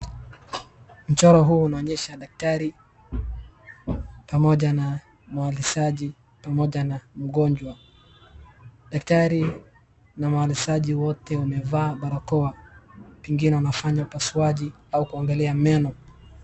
Mchoro huu unaonyesha daktari, pamoja na mwalisaji, pamoja na mgonjwa. Daktari na mwalisaji wote wamevaa barakoa, pengine wanafanya upasuaji au kuangalia meno.